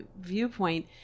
viewpoint